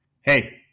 Hey